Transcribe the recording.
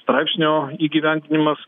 straipsnio įgyvendinimas